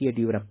Yediyurappa